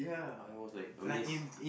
I was like amazed